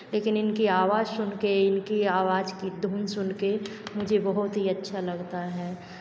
लेकिन इनकी आवाज सुन कर इनकी आवाज की धुन सुन कर मुझे बहुत ही अच्छा लगता है